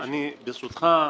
ברשותך,